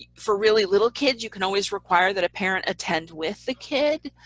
ah for really little kids you can always require that a parent attend with the kid.